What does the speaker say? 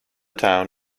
town